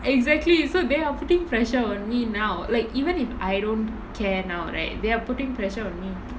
exactly so they are putting pressure on me now like even if I don't care now right they are putting pressure on me